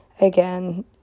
again